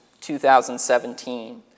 2017